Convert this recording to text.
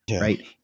right